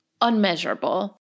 unmeasurable